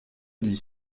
dis